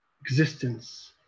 existence